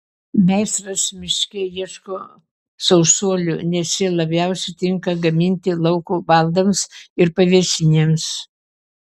meistras miške ieško sausuolių nes jie labiausiai tinka gaminti lauko baldams ir pavėsinėms